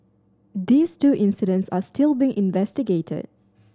these two incidents are still being investigated